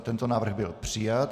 Tento návrh byl přijat.